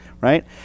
right